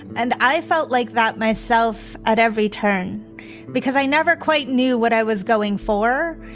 and i felt like that myself at every turn because i never quite knew what i was going for.